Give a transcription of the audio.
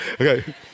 Okay